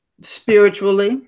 spiritually